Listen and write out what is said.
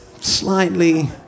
Slightly